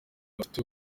bafite